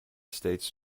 states